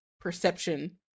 perception